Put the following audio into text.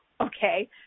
okay